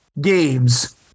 games